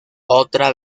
otra